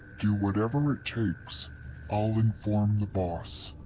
do whatever it takes. i'll inform the boss.